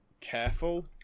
careful